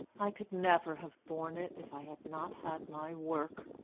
i could never have borne it if i had not had my work.